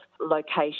location